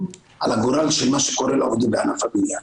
על הגורל של מה שקורה לעובדים בענף הבניין.